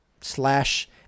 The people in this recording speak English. Slash